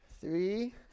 Three